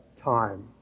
time